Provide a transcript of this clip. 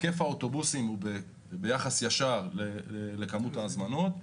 היקף האוטובוסים הוא ביחס ישר לכמות ההזמנות.